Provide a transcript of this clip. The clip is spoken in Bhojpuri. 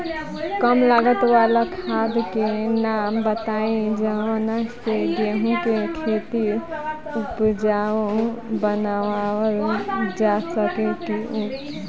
कम लागत वाला खाद के नाम बताई जवना से गेहूं के खेती उपजाऊ बनावल जा सके ती उपजा?